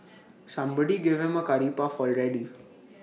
somebody give him A Curry puff already